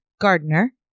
Gardener